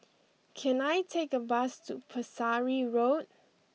can I take a bus to Pesari Road